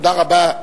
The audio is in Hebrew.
תודה רבה.